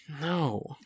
No